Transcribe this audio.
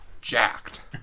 jacked